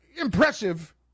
impressive